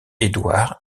édouard